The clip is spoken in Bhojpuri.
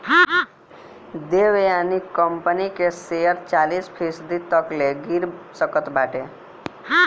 देवयानी कंपनी के शेयर चालीस फीसदी तकले गिर सकत बाटे